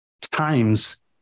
times